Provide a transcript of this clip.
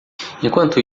enquanto